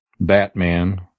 Batman